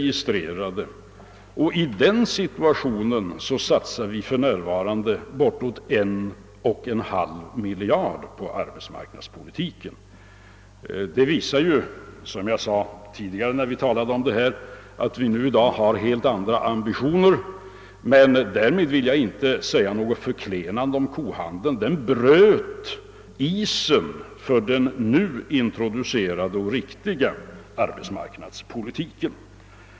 I den situationen satsar vi för närvarande bortåt 1,5 miljard på arbetsmarknadspolitiken. Det visar ju, som jag sade tidigare då vi talade om detta, att vi i dag har helt andra ambitioner, men därmed vill jag inte säga någonting förklenande om kohandeln; den bröt isen för den nu introducerade och riktiga arbetsmarknadspolitiken.